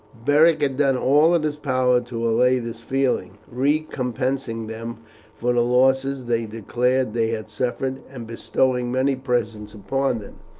beric had done all in his power to allay this feeling, recompensing them for the losses they declared they had suffered, and bestowing many presents upon them.